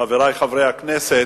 חברי חברי הכנסת,